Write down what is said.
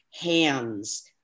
hands